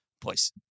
Please